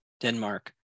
Denmark